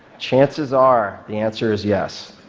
chances are, the answer is yes.